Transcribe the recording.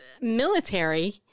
military